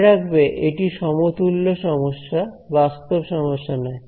মনে রাখবে এটি সমতুল্য সমস্যা বাস্তব সমস্যা নয়